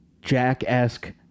jack-esque